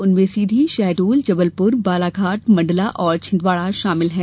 उनमें सीधी शहडोल जबलपुर बालाघाट मंडला और छिंदवाड़ा शामिल है